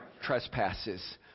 trespasses